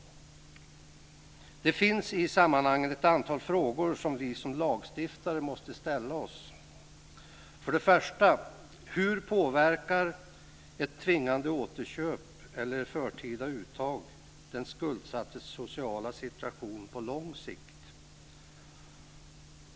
Det finns i sammanhanget ett antal frågor som vi som lagstiftare måste ställa oss. Hur påverkar ett tvingade återköp eller förtida uttag den skuldsattes sociala situation på lång sikt?